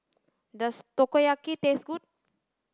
does Takoyaki taste good